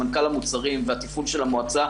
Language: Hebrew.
סמנכ"ל המוצרים והטיפול של המועצה,